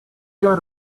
got